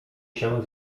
się